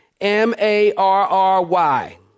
M-A-R-R-Y